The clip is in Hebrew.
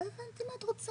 לא הבנתי מה את רוצה.